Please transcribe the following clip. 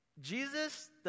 Jesus